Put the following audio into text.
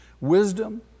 wisdom